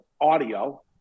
audio